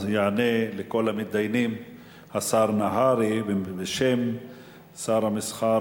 יענה לכל המתדיינים השר נהרי בשם שר המסחר,